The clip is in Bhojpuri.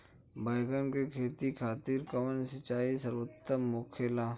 बैगन के खेती खातिर कवन सिचाई सर्वोतम होखेला?